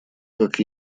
как